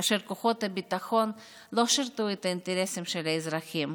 כאשר כוחות הביטחון לא שירתו את האינטרסים של האזרחים,